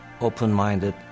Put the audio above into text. open-minded